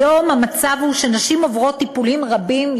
היום המצב הוא שנשים עוברות טיפולים רבים,